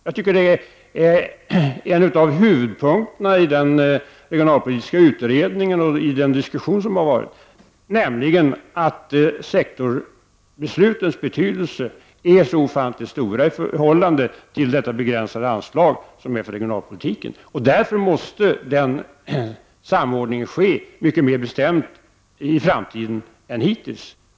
Det är en av huvudpunkterna i den regionala diskussion som har förevarit, nämligen att sektorsbeslutens betydelse är så ofantligt stor i förhållande till det begränsade anslag som är avsatt för regionalpolitiken. Därför måste det i framtiden bli en mycket mer bestämd samordning än hittills.